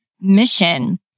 mission